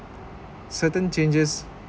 certain changes